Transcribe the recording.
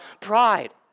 pride